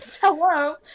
Hello